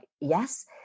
Yes